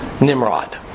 Nimrod